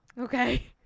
okay